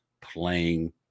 playing